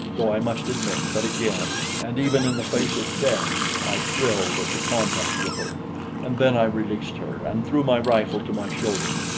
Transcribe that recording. though i must admit that again and even in the face of death i thrilled at the contact with her and then i released her and threw my rifle to my shoulder,